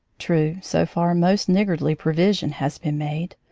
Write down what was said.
true, so far most niggardly provision has been made.